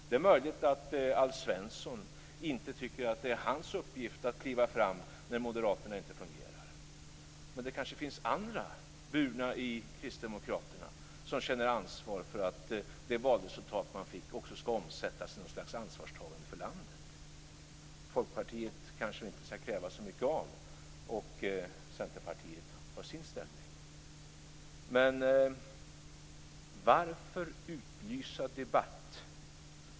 Det är möjligt att Alf Svensson inte tycker att det är hans uppgift att kliva fram när moderaterna inte fungerar. Men det finns kanske andra i kristdemokraterna som känner ansvar för att valresultatet också skall omsättas i något slags ansvarstagande för landet. Folkpartiet skall vi kanske inte kräva så mycket av, och Centerpartiet har sin ställning. Men varför utlysa debatt?